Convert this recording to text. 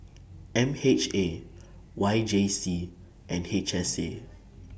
M H A Y J C and H S A